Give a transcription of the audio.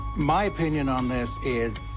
my opinion on this is,